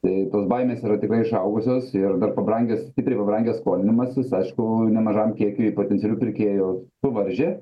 tai tos baimės yra tikrai išaugusios ir dar pabrangęs stipriai pabrangęs skolinimasis aišku nemažam kiekiui potencialių pirkėjų suvaržė